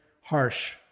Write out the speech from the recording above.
harsh